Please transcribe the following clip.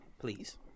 please